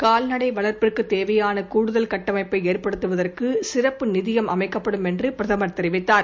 கால்நடை வளர்ப்பிற்குத் தேவையான கூடுதல் கட்டமைப்பை ஏற்படுத்துவதற்கு சிறப்பு நிதியம் அமைக்கப்படும் என்று பிரதமர் கூறினார்